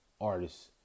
artists